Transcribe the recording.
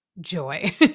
joy